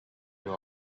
you